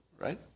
right